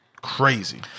crazy